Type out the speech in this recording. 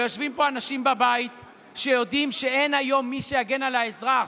ויושבים פה אנשים בבית שיודעים שאין היום מי שיגן על האזרח,